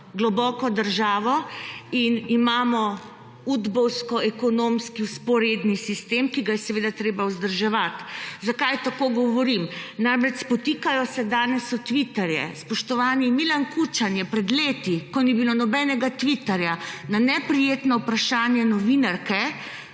globoko državo in imamo Udbovsko ekonomski vzporedni sistem, ki ga je seveda treba vzdrževati. Zakaj tako govorim? Namreč spotikajo se danes od tviterje. Spoštovani Milan Kučan je pred leti, ko ni bilo nobenega Twitterja na neprijetno vprašanje novinarke